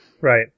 Right